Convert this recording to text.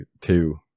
two